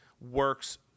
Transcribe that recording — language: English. works